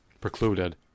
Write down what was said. precluded